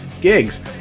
gigs